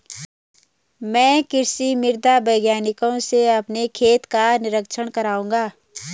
मैं कृषि मृदा वैज्ञानिक से अपने खेत का निरीक्षण कराऊंगा